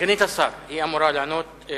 סגנית השר, היא אמורה לענות.